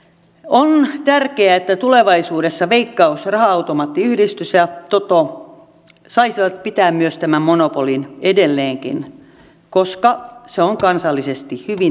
on myös tärkeää että tulevaisuudessa veikkaus raha automaattiyhdistys ja toto saisivat pitää tämän monopolin edelleenkin koska se on kansallisesti hyvin tärkeää